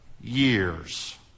years